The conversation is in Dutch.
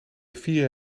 vieren